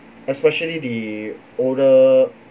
especially the older